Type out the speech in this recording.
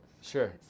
Sure